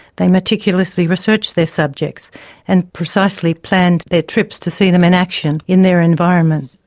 they meticulously research their subjects and precisely plan their trips to see them in action, in their environment.